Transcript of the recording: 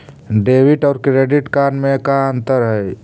Debit और credit card में का अंतर हइ?